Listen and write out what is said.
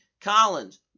Collins